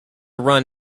run